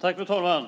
Fru talman!